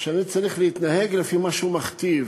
ושאני צריך להתנהג לפי מה שהוא מכתיב,